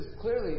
clearly